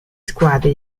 squadre